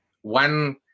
one